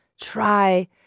try